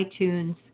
itunes